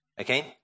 Okay